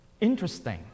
Interesting